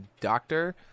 doctor